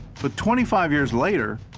but twenty five years later,